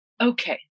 Okay